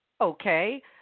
Okay